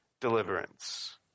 deliverance